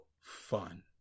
fun